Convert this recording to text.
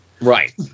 Right